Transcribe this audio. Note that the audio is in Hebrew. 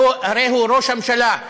הרי הוא ראש הממשלה,